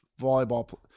volleyball